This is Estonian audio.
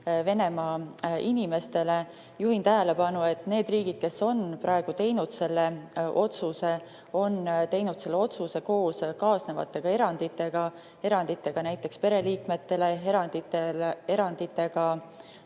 Venemaa inimestele. Juhin tähelepanu, et need riigid, kes on praegu teinud sellise otsuse, on selle teinud koos kaasnevate eranditega, näiteks eranditega pereliikmetele, eranditega